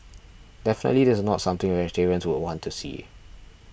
definitely this is not something vegetarians would want to see